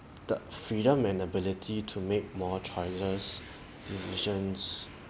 the freedom and ability to make more choices decisions